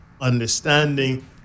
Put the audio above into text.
understanding